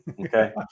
Okay